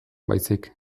baizik